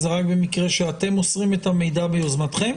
זה רק במקרה שאתם מוסרים את המידע מיוזמתכם?